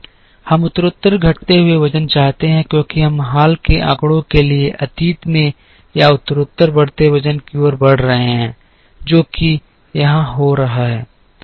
हम उत्तरोत्तर घटते हुए वजन चाहते हैं क्योंकि हम हाल के आंकड़ों के लिए अतीत में या उत्तरोत्तर बढ़ते वजन की ओर बढ़ रहे हैं जो कि यहां हो रहा है